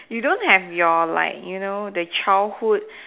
you don't have your like the childhood